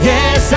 Yes